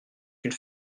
une